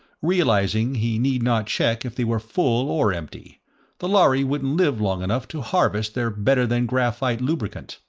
realizing he need not check if they were full or empty the lhari wouldn't live long enough to harvest their better-than-graphite lubricant.